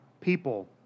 people